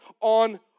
on